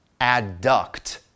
adduct